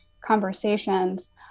conversations